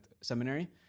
seminary